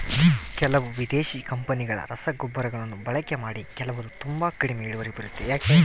ಕೆಲವು ವಿದೇಶಿ ಕಂಪನಿಗಳ ರಸಗೊಬ್ಬರಗಳನ್ನು ಬಳಕೆ ಮಾಡಿ ಕೆಲವರು ತುಂಬಾ ಕಡಿಮೆ ಇಳುವರಿ ಬರುತ್ತೆ ಯಾಕೆ?